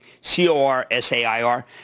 C-O-R-S-A-I-R